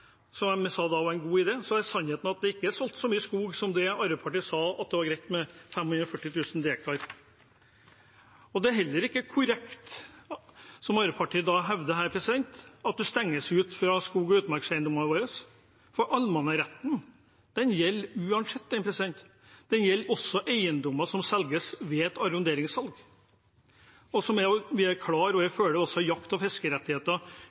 som de da sa var en god idé, er sannheten at det ikke er solgt så mye skog som det Arbeiderpartiet sa var greit, med 540 000 dekar. Det er heller ikke korrekt, som Arbeiderpartiet her hevder, at man stenges ute fra skog- og utmarkseiendommene, for allemannsretten gjelder uansett. Den gjelder også for eiendommer som selges ved et arronderingssalg. Den er klar, og jakt- og fiskerettigheter følger også grunneierrettighetene ved salg. Dette er ikke noe nytt, og